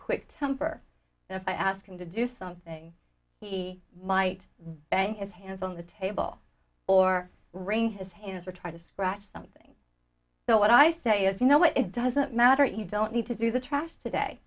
quick temper and if i ask him to do something he might bang his hands on the table or rain his hands or try to scratch something so what i say is you know it doesn't matter you don't need to do the trash today